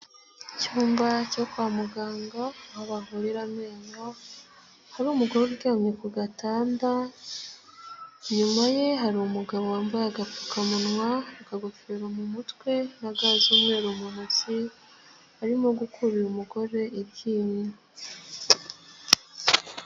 Icyumba cyo kwa muganga abavurira amenyo, hari umugore uryamye ku gatanda, inyuma ye hari umugabo wambaye agapfukamunwa akagofero mu mutwe na ga z'umweru mu ntoki arimo gukura umugore iryinyo.